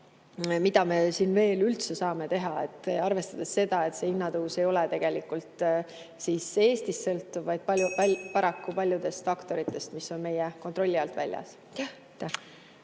mida me siin veel üldse saame teha, arvestades seda, et hinnatõus ei sõltu tegelikult ainult Eestist, vaid paraku ka paljudest faktoritest, mis on meie kontrolli alt väljas.